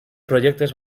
projectes